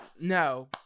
no